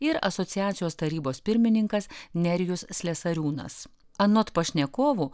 ir asociacijos tarybos pirmininkas nerijus slesariūnas anot pašnekovų